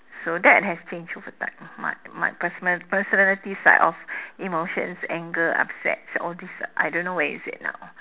so that has changed over time my my personal~ personality side of emotions anger upset all this I don't know where is it now